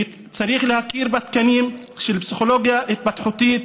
וצריך להכיר בתקנים של פסיכולוגיה התפתחותית,